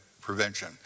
prevention